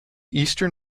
eastern